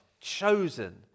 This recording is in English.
chosen